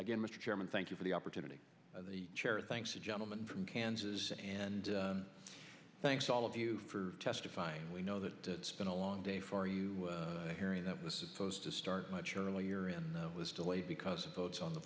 again mr chairman thank you for the opportunity of the chair thanks the gentleman from kansas and thanks all of you for testifying we know that it's been a long day for you hearing that was supposed to start much earlier and was delayed because of votes on the